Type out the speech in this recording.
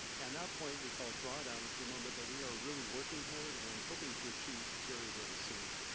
and that point we call drawdown as the moment that we are really working toward and hoping to achieve very very soon.